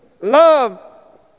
love